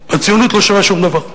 הציונות לא שווה שום דבר.